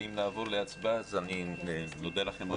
ואם נעבור להצבעה אני אודה לכם.